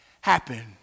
happen